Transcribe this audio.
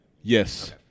Yes